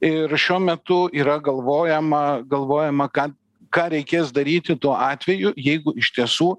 ir šiuo metu yra galvojama galvojama ką ką reikės daryti tuo atveju jeigu iš tiesų